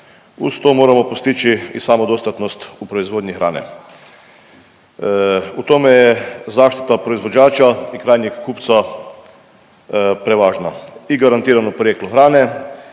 Uz to moramo postići i samodostatnost u proizvodnji hrane. U tome je zaštita proizvođača i krajnjeg kupca prevažna i garantirano porijeklo hrane